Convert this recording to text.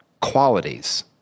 qualities